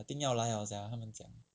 I think 要来 liao sia 他们讲